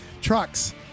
trucks